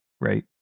right